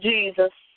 Jesus